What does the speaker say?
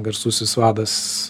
garsusis vadas